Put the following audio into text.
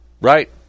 right